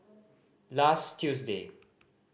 last Tuesday